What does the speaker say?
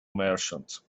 merchant